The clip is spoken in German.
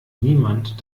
niemand